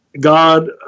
God